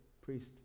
priest